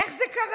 איך זה קרה?